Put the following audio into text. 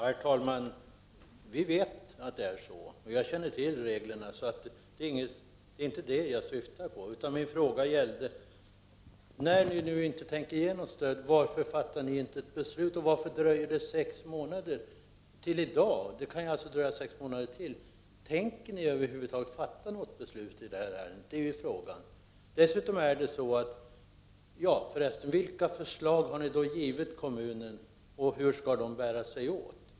Herr talman! Vi vet att det är så. Jag känner till reglerna. Det är inte det jag syftar på. Min fråga gällde: När ni nu inte tänker ge något stöd, varför fattar ni inte ett beslut? Varför dröjer det sex månader, som det gjort till i dag? Det kan alltså dröja sex månader till. Tänker ni över huvud taget fatta något beslut i detta ärende? Det är frågan. 21 Vilka förslag har ni givit kommunen och hur skall man bära sig åt?